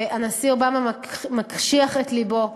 והנשיא אובמה מקשיח את לבו.